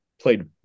played